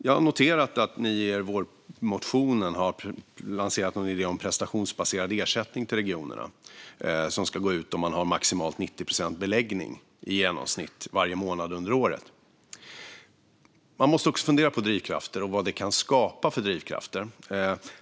Jag har noterat att ni i er vårmotion har lanserat en idé om prestationsbaserad ersättning till regionerna som ska gå ut om man har maximalt 90 procents beläggning i genomsnitt varje månad under året. Man måste fundera på drivkrafter och på vad det kan skapa för drivkrafter.